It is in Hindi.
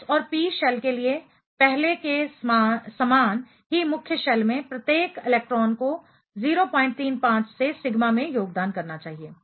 s और p शेल के लिए पहले के समान ही मुख्य शेल में प्रत्येक इलेक्ट्रॉन को 035 से सिग्मा में योगदान करना चाहिए